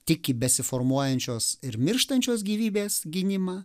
tik į besiformuojančios ir mirštančios gyvybės gynimą